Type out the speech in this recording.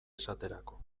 esaterako